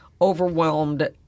overwhelmed